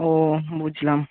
ও বুঝলাম